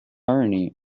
irony